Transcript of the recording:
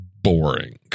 boring